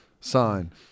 sign